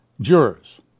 jurors